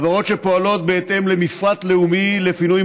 חברות שפועלות בהתאם למפרט לאומי לפינוי